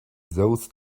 those